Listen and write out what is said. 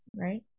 right